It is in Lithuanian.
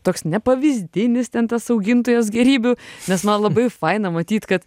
toks nepavyzdinis ten tas augintojas gėrybių nes man labai faina matyt kad